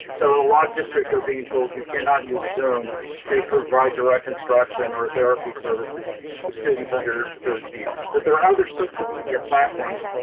so in a lot of districts, they're being told you cannot use zoom to provide direct instruction or therapy services to students under thirteen, but there are other social media platforms.